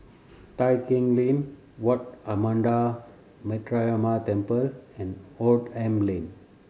Tai Keng Lane Wat Ananda Metyarama Temple and Oldham Lane